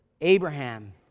Abraham